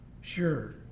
sure